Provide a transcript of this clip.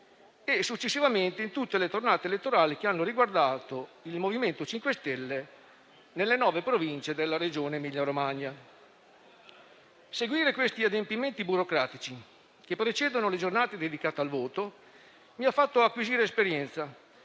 e, successivamente, in tutte le tornate elettorali che hanno riguardato il MoVimento 5 Stelle nelle nove Province della Regione Emilia Romagna. Seguire questi adempimenti burocratici che precedono le giornate dedicate al voto mi ha fatto acquisire esperienza.